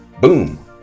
Boom